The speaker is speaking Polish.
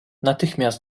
natychmiast